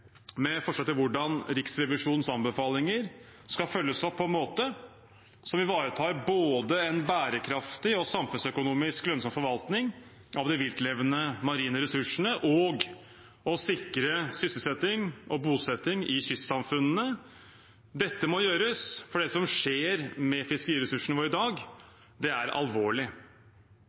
med forslag til hvordan Riksrevisjonens anbefalinger skal følges opp på en måte som ivaretar både en bærekraftig og en samfunnsøkonomisk lønnsom forvaltning av de viltlevende marine ressursene og sikrer sysselsetting og bosetting i kystsamfunnene. Dette må gjøres, for det som skjer med fiskeriressursene våre i dag, er alvorlig.